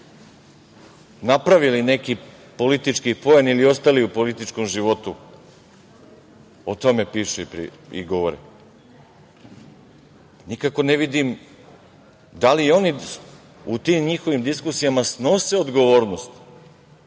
napravili neki politički poen ili ostali u političkom životu, o tome pišu i govore. Nikako ne vidim da li oni u tim njihovim diskusijama snose odgovornost